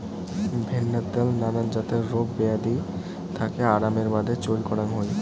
ভেন্নার ত্যাল নানান জাতের রোগ বেয়াধি থাকি আরামের বাদে চইল করাং হই